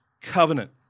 covenant